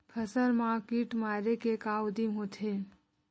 फसल मा कीट मारे के का उदिम होथे?